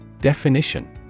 Definition